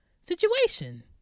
situation